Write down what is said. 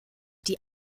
die